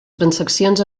transaccions